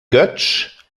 götsch